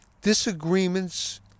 Disagreements